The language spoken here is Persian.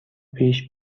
پیش